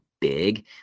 big